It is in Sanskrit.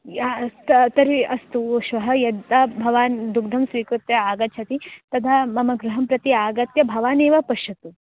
या तर्हि अस्तु श्वः यदा भवान् दुग्धं स्वीकृत्य आगच्छति तदा मम गृहं प्रति आगत्य भवानेव पश्यतु